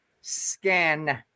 scan